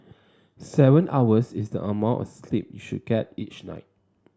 seven hours is the amount of sleep you should get each night